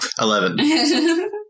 Eleven